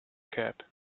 cap